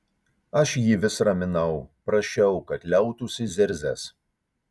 aš jį vis raminau prašiau kad liautųsi zirzęs